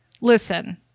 listen